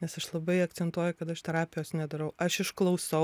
nes aš labai akcentuoju kad aš terapijos nedarau aš išklausau